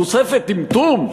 תוספת טמטום?